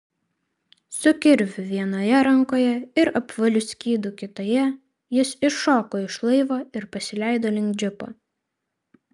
su kirviu vienoje rankoje ir apvaliu skydu kitoje jis iššoko iš laivo ir pasileido link džipo